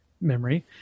memory